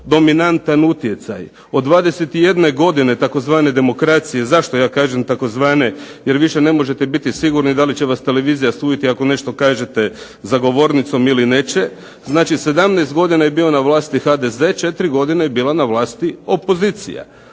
dominantan utjecaj od 21 godine tzv. demokracije zašto ja kažem tzv. jer više ne možete biti sigurni da li će vas televizija suditi ako nešto kažete za govornicom ili neće, znači 17 godina je bio na vlasti HDZ-e, 4 godine je bila na vlasti opozicija.